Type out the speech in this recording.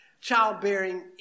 childbearing